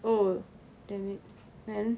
oh damn it then